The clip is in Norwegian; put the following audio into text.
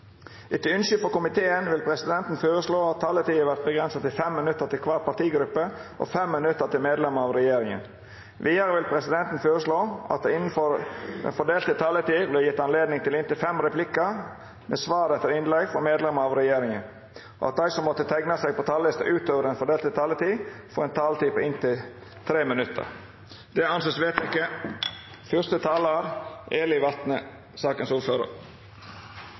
Etter ønske fra arbeids- og sosialkomiteen vil presidenten foreslå at taletiden blir begrenset til 5 minutter til hver partigruppe og 5 minutter til medlemmer av regjeringen. Videre vil presidenten foreslå at det – innenfor den fordelte taletid – blir gitt anledning til replikkordskifte på inntil fem replikker med svar etter innlegg fra medlemmer av regjeringen, og at de som måtte tegne seg på talerlisten utover den fordelte taletid, får en taletid på inntil 3 minutter. – Det anses